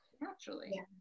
naturally